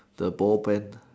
the ball pen